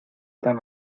tan